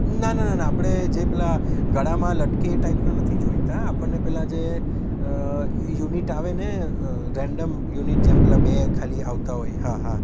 ના ના ના ના આપણે જે પેલા ગળામાં લટકે એ ટાઈપના નથી જોઈતા આપણને પેલા જે યુનિટ આવે ને રેન્ડમ યુનિટ જેમ પેલા બે ખાલી આવતા હોય હા હા